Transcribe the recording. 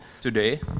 today